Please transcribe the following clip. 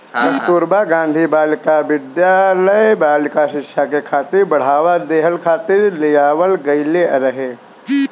कस्तूरबा गांधी बालिका विद्यालय बालिका शिक्षा के बढ़ावा देहला खातिर लियावल गईल रहे